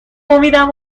امیدم